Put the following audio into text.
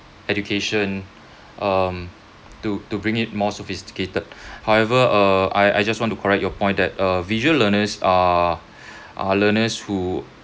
education um to to bring it more sophisticated however uh I I just want to correct your point that uh visual learners are are learners who